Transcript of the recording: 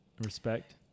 Respect